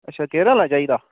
अच्छा गेयर आहला चाहिदा